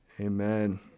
Amen